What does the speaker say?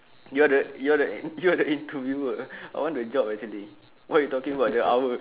you are you are you are the interviewer I want the job actually what you talking about the hour